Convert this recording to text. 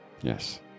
Yes